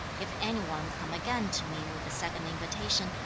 if any one come again to me with a second invitation,